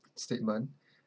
statement